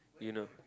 you know